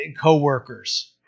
coworkers